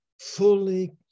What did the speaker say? fully